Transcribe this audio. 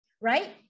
right